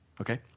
Okay